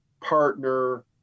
partner